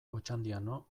otxandiano